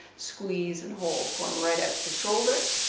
sqeeze and hold going right out to the shoulder.